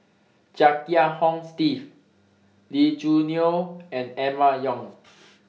Chia Kiah Hong Steve Lee Choo Neo and Emma Yong